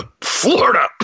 Florida